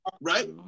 right